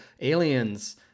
Aliens